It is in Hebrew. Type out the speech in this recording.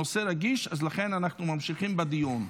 הנושא רגיש אז לכן אנחנו ממשיכים בדיון.